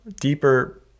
deeper